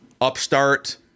upstart